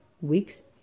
Weeks